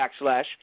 backslash